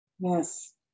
Yes